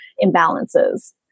imbalances